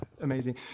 Amazing